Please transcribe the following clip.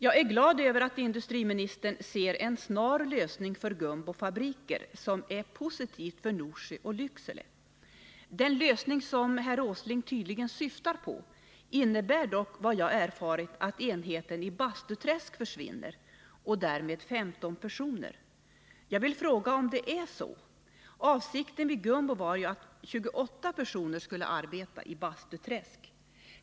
Jag är glad över att industriministern ser en snar lösning för Gunbo Fabriker, vilket är positivt för Norsjö och Lycksele. Den lösning som herr Åsling tydligen syftar på innebär dock, efter vad jag erfarit, att enheten i Bastuträsk försvinner och därmed sysselsättning för 15 personer. Jag vill fråga om det är så. Avsikten var ju att 28 personer vid Gunbo skulle arbeta i Bastuträsk.